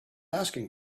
asking